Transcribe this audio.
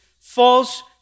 false